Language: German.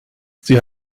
sie